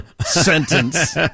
sentence